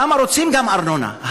שם רוצים גם ארנונה.